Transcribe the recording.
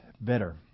better